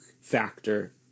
factor